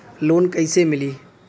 Loan कईसे मिली?